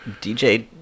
dj